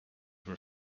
were